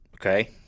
Okay